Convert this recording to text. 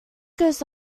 goes